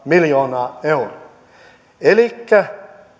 miljoonaa euroa elikkä